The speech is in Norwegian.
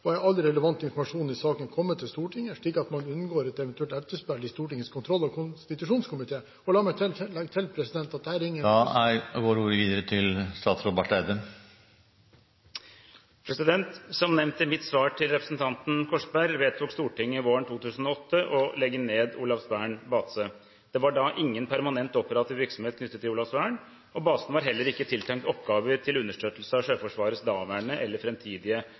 og er all relevant informasjon i denne saken kommet til Stortinget slik at man unngår et eventuelt etterspill i Stortingets kontroll- og konstitusjonskomité?» Og la meg legge til at dette er ingen trussel … Da går ordet til statsråd Barth Eide. Som nevnt i mitt svar til representanten Korsberg vedtok Stortinget våren 2008 å legge ned Olavsvern base. Det var da ingen permanent operativ virksomhet knyttet til Olavsvern, og basen var heller ikke tiltenkt oppgaver til understøttelse av Sjøforsvarets daværende eller